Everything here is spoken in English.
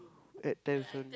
at times on~